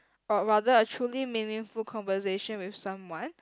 or rather a truly meaningful conversation with someone